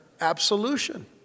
absolution